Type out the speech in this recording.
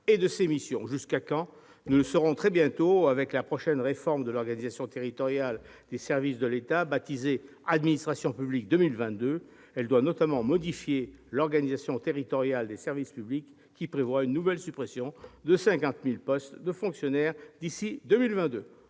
et de ses missions. Jusqu'à quand ? Nous le saurons très bientôt avec la prochaine réforme de l'organisation territoriale des services de l'État, baptisée « Administration publique 2022 ». Elle doit notamment modifier l'organisation territoriale des services publics, qui prévoit une nouvelle suppression de 50 000 postes de fonctionnaires d'ici à 2022.